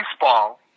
baseball